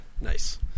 Nice